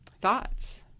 thoughts